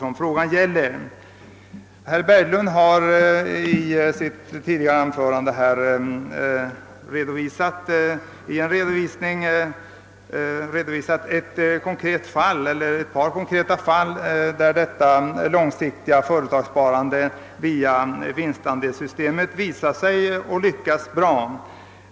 Herr Berglund har i sitt tidigare anförande redovisat ett par konkreta fall, där ett långsiktigt företagssparande via vinstandelssystemet har slagit väl ut.